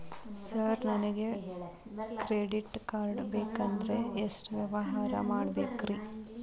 Sir ನನಗೆ credit card ಬೇಕಂದ್ರೆ ಎಷ್ಟು ವ್ಯವಹಾರ ಮಾಡಬೇಕ್ರಿ?